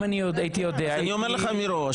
אם אני הייתי יודע --- אז אני אומר לך מראש.